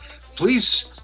Please